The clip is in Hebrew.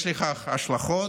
יש לכך השלכות,